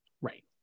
right